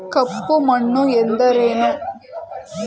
ಕಪ್ಪು ಮಣ್ಣು ಎಂದರೇನು?